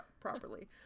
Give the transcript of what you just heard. properly